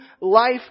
life